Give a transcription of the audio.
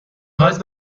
هات